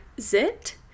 zit